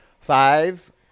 Five